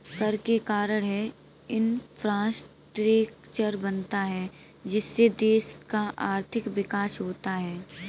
कर के कारण है इंफ्रास्ट्रक्चर बनता है जिससे देश का आर्थिक विकास होता है